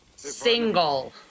Single